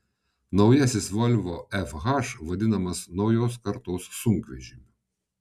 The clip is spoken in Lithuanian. naujasis volvo fh vadinamas naujos kartos sunkvežimiu